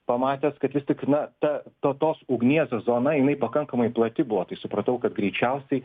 pamatęs kad vis tik na ta ta tos ugnies zona jinai pakankamai plati buvo tai supratau kad greičiausiai